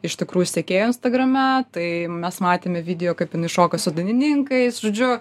iš tikrųjų sekėjų instagrame tai mes matėm video kaip jinai šoka su dainininkais žodžiu